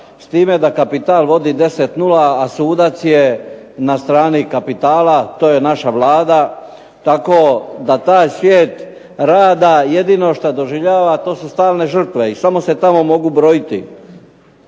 s time da kapital vodi 10:0, a sudac je na strani kapitala. To je naša Vlada. Tako da taj svijet rada jedino što doživljava to su stalne žrtve i samo se tamo mogu brojiti.